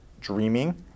dreaming